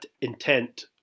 intent